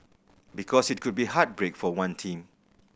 because it could be heartbreak for one team